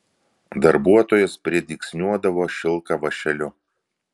darbuotojos pridygsniuodavo šilką vąšeliu